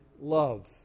love